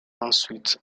ensuite